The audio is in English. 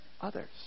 others